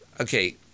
okay